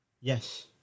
yes